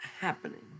happening